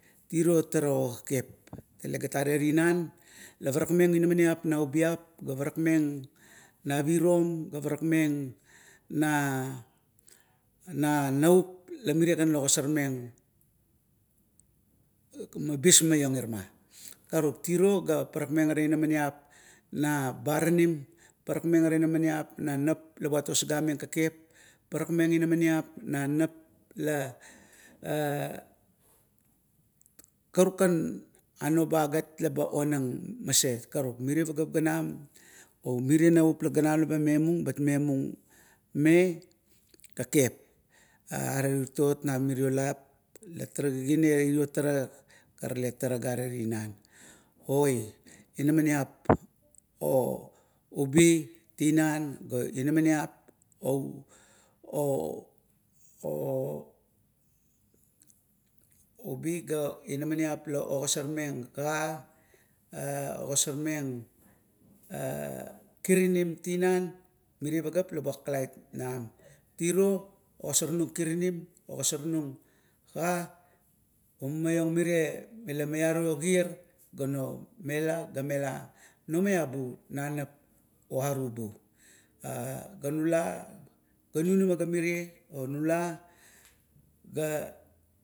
Iro tara okekep gare tinan la parakmeng inamaniap nau ubiap ga parakmeng na pirom, parakmeng na na navupla mirie gan la ogasormeng kabismaiong ira ma. Karuk tiro ga parakmeng ara inamaniap na baranim, parakmeng aa inamaniap na nap la osaga meng kekep, parakmeng inamaniap na nap la, a karukan a no bagat la ba onang maset. Karuk mirie pageap, merie navup ganam leba ma memung me kekep. Are titot na mirio lap latara giginea irio tara ga tale tara gare tinan. Oi inamaniap oubi tana, inamaniap o, oubi ga inamaniap la ogosormeng ka, ogosormeng a kirinim, tinan miri pageap la buat kalait nam. Tiro ogsornung kirinim sapnung ba mumaiong mere la meke la maiario kear, ba mela ga no maiabo na nap o arubu, ea ganula ga nunamagamire onula ga